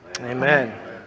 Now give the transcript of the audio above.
Amen